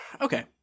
Okay